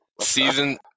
Season